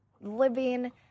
living